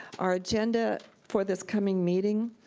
our agenda for this coming meeting,